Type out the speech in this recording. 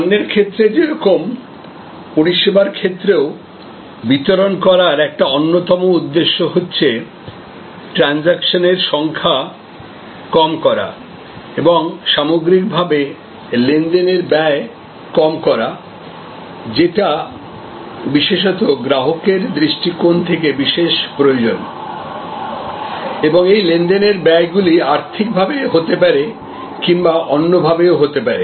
পণ্যের ক্ষেত্রে যেরকম পরিষেবার ক্ষেত্রেও বিতরণ করার একটা অন্যতম উদ্দেশ্য হচ্ছে ট্রানজাকশন এর সংখ্যা কম করা এবং সামগ্রিকভাবে লেনদেনের ব্যয় কম করা যেটা বিশেষত গ্রাহকের দৃষ্টিকোণ থেকে বিশেষ প্রয়োজন এবং এই লেনদেনের ব্যয়গুলি আর্থিক ভাবে হতে পারে কিংবা অন্যভাবেও হতে পারে